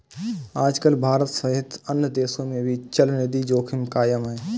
आजकल भारत सहित अन्य देशों में भी चलनिधि जोखिम कायम है